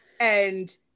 And-